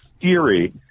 theory